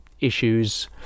issues